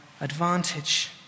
advantage